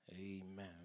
Amen